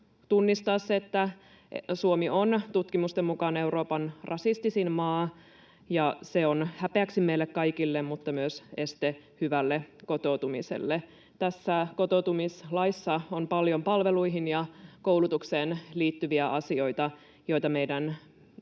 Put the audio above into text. tunnistaa myös se, että Suomi on tutkimusten mukaan Euroopan rasistisin maa, ja se on häpeäksi meille kaikille mutta myös este hyvälle kotoutumiselle. Tässä kotoutumislaissa on paljon palveluihin ja koulutukseen liittyviä asioita, joita meidän